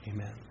Amen